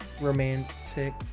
romantic